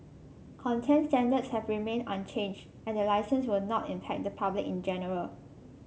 content standards have remained unchanged and the licence will not impact the public in general